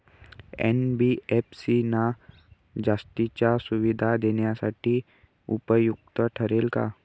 NBFC ना जास्तीच्या सुविधा देण्यासाठी उपयुक्त ठरेल का?